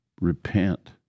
repent